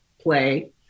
play